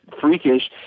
freakish